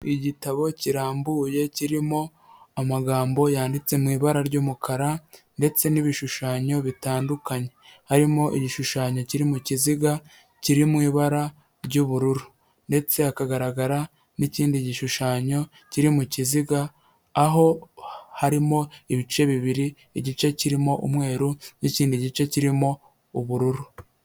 Igitabo kirambuye kirimo amagambo yandika mu ibara ry'umukara, ndetse n'ibishushanyo bitandukanye. Harimo igishushanyo kiri mu kiziga kiri mu ibara ry'ubururu, ndetse hakagaragara n'ikindi gishushanyo kiri mu kiziga, aho harimo ibice bibiri, igice kirimo umweru n'ikindi gice kirimo ubururu.